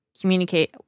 communicate